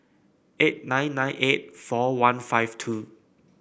eight nine nine eight four one five two